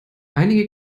einige